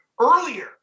earlier